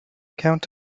count